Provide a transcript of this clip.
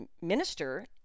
minister